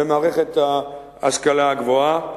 במערכת ההשכלה הגבוהה.